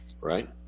right